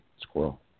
squirrel